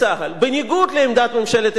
בניגוד לעמדת ממשלת ישראל,